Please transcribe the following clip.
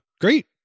Great